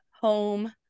home